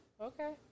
Okay